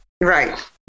Right